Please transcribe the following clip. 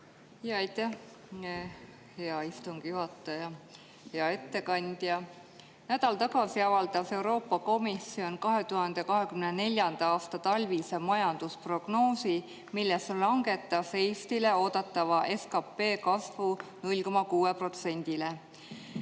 Aitäh, hea istungi juhataja! Hea ettekandja! Nädal tagasi avaldas Euroopa Komisjon 2024. aasta talvise majandusprognoosi, milles langetas Eesti SKP oodatava kasvu 0,6%‑le.